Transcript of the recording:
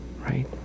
right